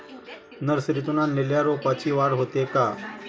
नर्सरीतून आणलेल्या रोपाची वाढ होते का?